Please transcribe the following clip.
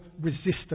resistance